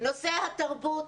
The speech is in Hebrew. נושא התרבות